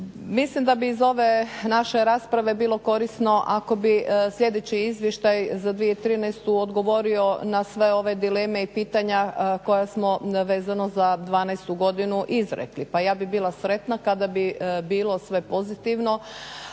Mislim da bi iz ove naše rasprave bilo korisno ako bi sljedeći izvještaj za 2013. odgovorio na sve ove dileme i pitanja koja smo vezano za dvanaestu godinu izrekli. Pa ja bih bila sretna kada bi bilo sve pozitivno,